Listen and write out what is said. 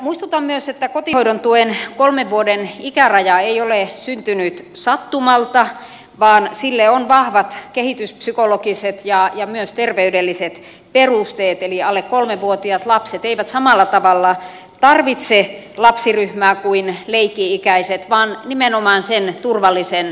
muistutan myös että kotihoidon tuen kolmen vuoden ikäraja ei ole syntynyt sattumalta vaan sille on vahvat kehityspsykologiset ja myös terveydelliset perusteet eli alle kolmivuotiaat lapset eivät samalla tavalla tarvitse lapsiryhmää kuin leikki ikäiset vaan nimenomaan sen turvallisen hoitajan